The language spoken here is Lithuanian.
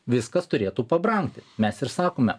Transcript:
viskas turėtų pabrangti mes ir sakome